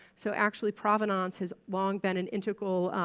so actually provenance has long been an integral